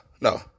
no